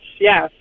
yes